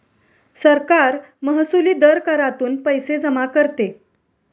सरकार महसुली दर करातून पैसे जमा करते